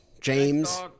James